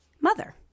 mother